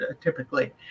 typically